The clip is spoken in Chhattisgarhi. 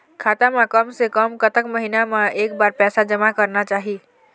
खाता मा कम से कम कतक महीना मा एक बार पैसा जमा करना चाही?